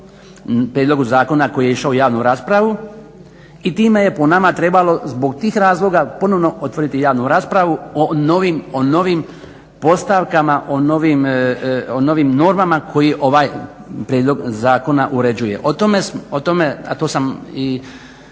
prijedlogu zakona koji je išao u javnu raspravu i time je po nama trebalo zbog tih razloga ponovno otvoriti javnu raspravu o novim postavkama, o novim normama koje ovaj prijedlog zakona uređuje. O tome, a to sam i